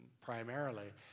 primarily